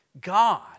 God